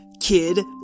kid